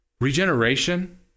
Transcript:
Regeneration